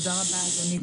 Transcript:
תודה רבה, אדוני.